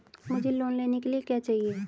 मुझे लोन लेने के लिए क्या चाहिए?